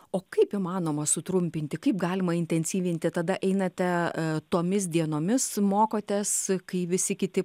o kaip įmanoma sutrumpinti kaip galima intensyvinti tada einate tomis dienomis mokotės kai visi kiti